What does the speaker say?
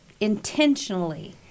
intentionally